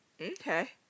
Okay